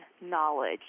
knowledge